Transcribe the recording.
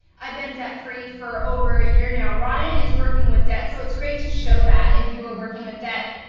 i've been debt-free for over a year now. ryen is working with debt, so it's great to show that, if you are working with debt.